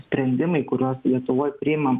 sprendimai kuriuos lietuvoj priimam